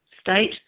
state